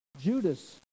Judas